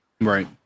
Right